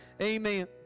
Amen